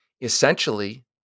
essentially